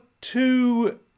two